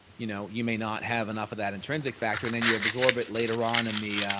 you know, you may not have enough of that intrinsic factor and then you absorb it later on and the